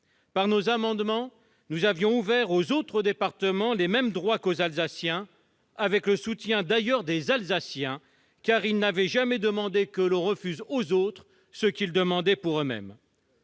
Par nos amendements, nous avions ouvert aux autres départements les mêmes droits qu'aux Alsaciens, d'ailleurs avec le soutien des Alsaciens qui n'ont jamais demandé que l'on refuse aux autres ce qu'ils demandaient pour eux-mêmes.